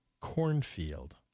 cornfield